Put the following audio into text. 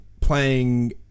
playing